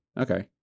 Okay